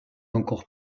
encore